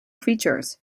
features